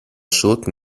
schurken